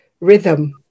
rhythm